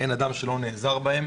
אין אדם שלא נעזר בהם.